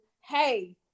hey